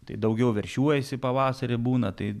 tai daugiau veršiuojasi pavasarį būna tai